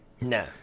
No